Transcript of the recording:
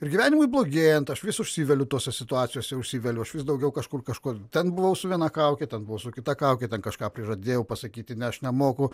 ir gyvenimui blogėjant aš vis užsiveliu tose situacijose užsiveliu aš vis daugiau kažkur kažko ten buvau su viena kauke ten buvau su kita kauke ten kažką prižadėjau pasakyti ne aš nemoku